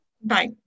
bye